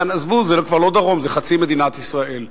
ועזבו, זה כבר לא דרום, זה חצי מדינת ישראל.